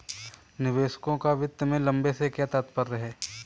निवेशकों का वित्त में लंबे से क्या तात्पर्य है?